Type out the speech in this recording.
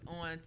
on